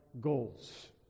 goals